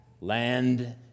land